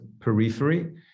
periphery